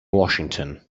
washington